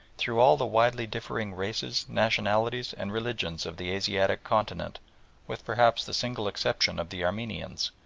through all the widely differing races, nationalities, and religions of the asiatic continent with, perhaps, the single exception of the armenians,